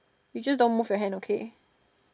you just don't move your hand okay